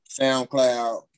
SoundCloud